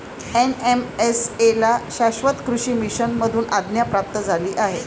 NMSA ला शाश्वत कृषी मिशन मधून आज्ञा प्राप्त झाली आहे